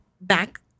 back